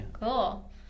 cool